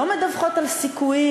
לא מדווחות על סיכויים,